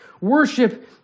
Worship